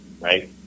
Right